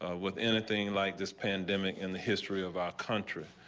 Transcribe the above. ah with anything like this pandemic in the history of our country.